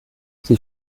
sie